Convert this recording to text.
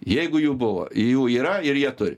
jeigu jų buvo jų yra ir jie turi